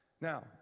Now